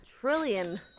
Trillion